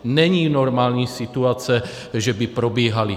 Není normální situace, že by probíhaly.